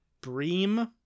Bream